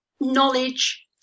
knowledge